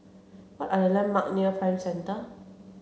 what are the landmark near Prime Centre